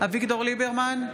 אביגדור ליברמן,